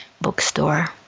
Bookstore